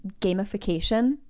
gamification